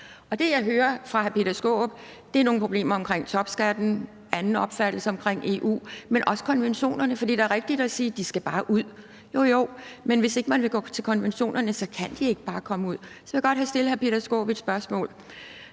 Og det, jeg hører fra hr. Peter Skaarup, er noget om nogle problemer omkring topskatten, en anden opfattelse af EU, men også konventionerne. For det er rigtigt at sige, at kriminelle udlændinge bare skal ud. Jo, jo, men hvis ikke man vil gå til konventionerne, så kan de ikke bare komme ud. Jeg vil godt stille hr. Peter Skaarup et spørgsmål.